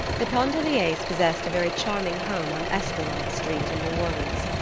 the pontelliers possessed a very charming home on esplanade street in new orleans.